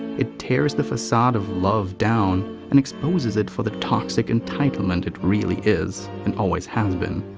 it tears the facade of love down and exposes it for the toxic entitlement it really is. and always has been.